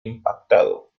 impactado